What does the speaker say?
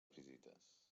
visites